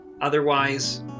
Otherwise